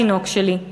תינוק שלי //